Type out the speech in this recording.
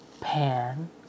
pan